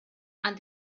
and